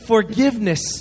Forgiveness